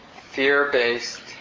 fear-based